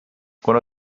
kuna